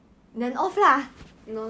eh so are you going to dye your hair